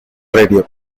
radio